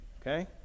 Okay